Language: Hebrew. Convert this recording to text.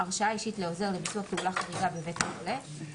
"-הרשאה אישית לעוזר לביצוע פעולה חריגה בבית החולה 10א. (א)